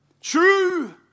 True